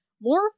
more